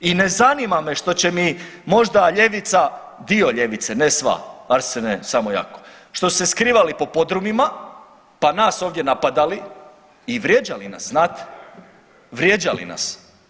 I ne zanima me što će mi možda ljevica, dio ljevice ne sva, Arsene samo jako, što su se skrivali po podrumima pa nas ovdje napadali i vrijeđali nas znate, vrijeđali nas.